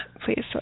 Please